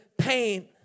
pain